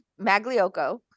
magliocco